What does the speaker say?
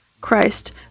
Christ